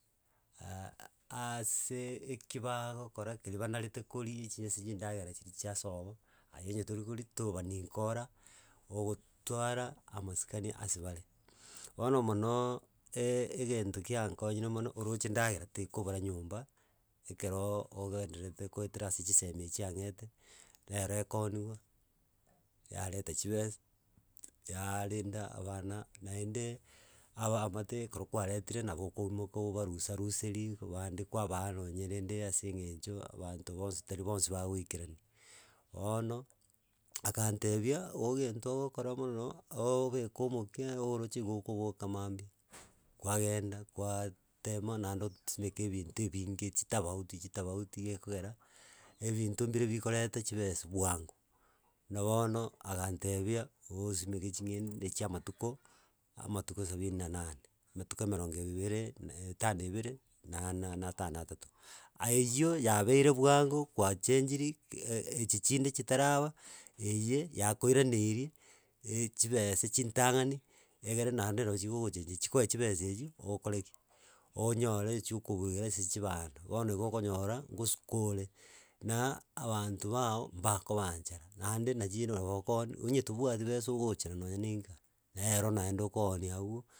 aaase eki bagokora keria banarete koria, chinyese chia endagera chiri chiasobo, aye onye tori koria tobani nkora ogotwara amasikani ase bare. Bono monoooo egento kiankonyire mono, oroche ndagera tekobora nyomba ekeroooo ogendererete koetera ase chisemi echi ang'ete, nero ekooniwa, yareta chibesa, yarenda abana naende abaamate ekero kwaretire nabo okoimuka obarusaruserie bande kwabaa nonye rende ase eng'encho abanto bonsi tari bonsi bagoikerani. Boono, akantebia, oo egento ogokora mono, oobeke omokia ooroche igo okoboka mambia kwagenda kwaaatema naende otsibeke ebinto ebinge chitabauti chitabauti igo ekogera, ebinto mbire bikoreta chibesa bwango. Buna bono, agantebia oosimeke ching'ende chia amatuko, amatuko sabini na nane, amatuko emerongo bibere na etano ebere na na na atano atato. Aeywo yabeire bwango, gwachenchiri ke- e- e echi chinde chitaraba, eye yakoiraneirie echibesa chintang'ani egere naende no chigogochengi chikoe chibesa echio okore ki onyore echia okoburugera ase chibando. Bono iga okonyora, ngosuka ore, na abanto bago mbakoba nchara, naende na jiro nabo okooni, onye tobwati besa ogochera nonye nka, nero naende okoonia abwo.